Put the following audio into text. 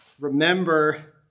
remember